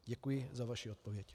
Děkuji za vaši odpověď.